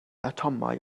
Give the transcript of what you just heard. atomau